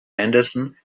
henderson